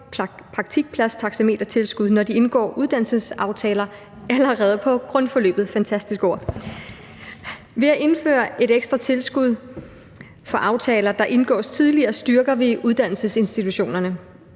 fantastisk ord – når de indgår uddannelsesaftaler allerede på grundforløbet. Ved at indføre et ekstra tilskud for aftaler, der indgås tidligere, styrker vi uddannelsesinstitutionerne.